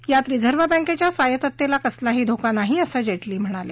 यात रिझर्व्ह बँकेच्या स्वायत्ततेला कसलाही धोका नाही असं जेटली म्हणाले